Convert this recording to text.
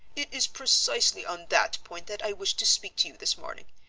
it is precisely on that point that i wished to speak to you this morning.